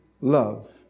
love